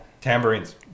Tambourines